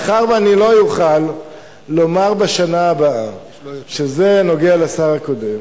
מאחר שלא אוכל להגיד בשנה הבאה שזה נוגע לשר הקודם,